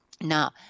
Now